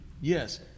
yes